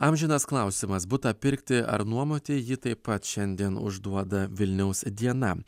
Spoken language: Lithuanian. amžinas klausimas butą pirkti ar nuomoti jį taip pat šiandien užduoda vilniaus diena